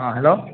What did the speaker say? हाँ हेलो